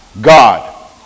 God